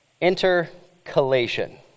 intercalation